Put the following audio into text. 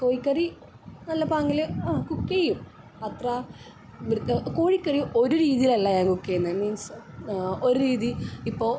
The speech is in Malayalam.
കോഴിക്കറി നല്ല പാങ്കില് കുക്കെയും അത്ര കോഴിക്കറി ഒര് രീതീലല്ല ഞാൻ കൂക്ക് ചെയ്യുന്നത് മീൻസ് ഒര് രീതി ഇപ്പോൾ